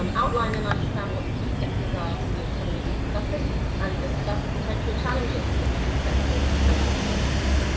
um outline and understand what the key sectors are to the economy of east sussex, and discuss potential challenges that key sectors may face.